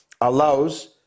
allows